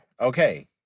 okay